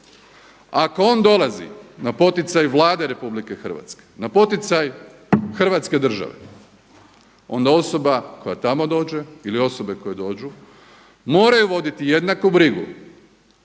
Ako on dolazi na poticaj Vlade RH, na poticaj Hrvatske država onda osoba koja tamo dođe ili osobe koje dođu, moraju voditi jednaku brigu